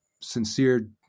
sincere